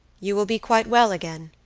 you will be quite well again,